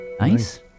Nice